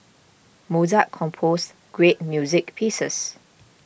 Mozart composed great music pieces